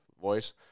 voice